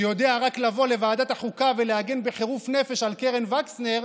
שיודע רק לבוא לוועדת החוקה ולהגן בחירוף נפש על קרן וקסנר,